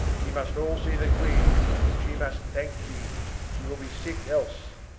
ye must all see the queene, and she must thanke ye, she will be sicke els.